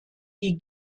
die